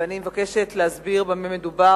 ואני מבקשת להסביר במה מדובר.